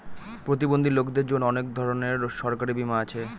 প্রতিবন্ধী লোকদের জন্য অনেক ধরনের সরকারি বীমা আছে